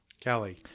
kelly